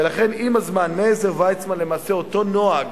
ולכן, עם הזמן, מאז עזר ויצמן, למעשה אותו נוהג